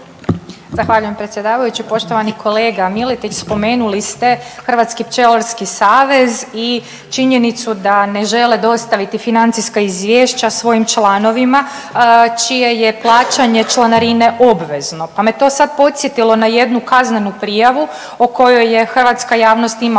Zahvaljujem predsjedavajući. Poštovani kolega Miletić, spomenuli ste Hrvatski pčelarski savez i činjenicu da ne žele dostaviti financijska izvješća svojim članovima čije je plaćanje članarine obvezno, pa me to sad podsjetilo na jednu kaznenu prijavu o kojoj je hrvatska javnost imala